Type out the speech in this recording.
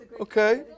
Okay